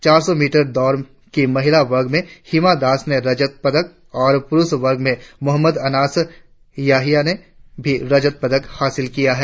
चार सौ मीटर दौड़ की महिला वर्ग में हिमा दास ने रजत पदक और पुरुष वर्ग में मोहम्मद अनास याहिया ने भी रजत पदक हासिल की है